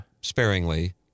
sparingly